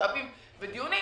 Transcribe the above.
משאבים ודיונים,